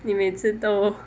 你每次都